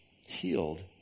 Healed